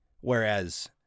Whereas